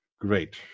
great